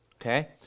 okay